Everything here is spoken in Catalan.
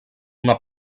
una